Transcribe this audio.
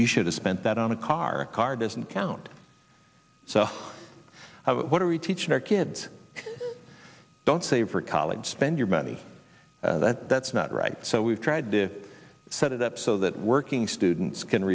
you should have spent that on a car car doesn't count so what are we teaching our kids don't save for college spend your money that that's not right so we've tried to set it up so that working students can